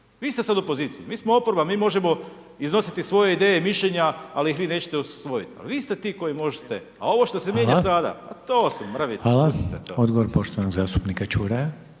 Vi ste sada u poziciji. Mi smo oporba. Mi možemo iznositi svoje ideje i mišljenja ali ih vi nećete usvojiti. Pa vi ste ti koji možete. A ovo što se mijenja sada, pa to su mrvice. Pustite to. **Reiner,